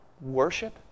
worship